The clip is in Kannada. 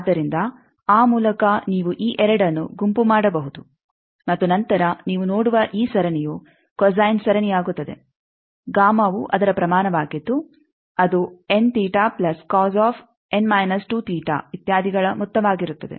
ಆದ್ದರಿಂದ ಆ ಮೂಲಕ ನೀವು ಈ 2 ಅನ್ನು ಗುಂಪು ಮಾಡಬಹುದು ಮತ್ತು ನಂತರ ನೀವು ನೋಡುವ ಈ ಸರಣಿಯೂ ಕೊಸೈನ್ ಸರಣಿಯಾಗುತ್ತದೆವು ಅದರ ಪ್ರಮಾಣವಾಗಿದ್ದು ಅದು ಇತ್ಯಾದಿಗಳ ಮೊತ್ತವಾಗಿರುತ್ತದೆ